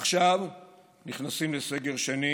ועכשיו נכנסים לסגר שני